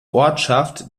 ortschaft